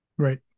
Right